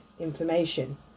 information